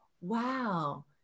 wow